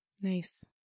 Nice